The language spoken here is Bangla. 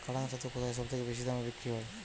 কাড়াং ছাতু কোথায় সবথেকে বেশি দামে বিক্রি হয়?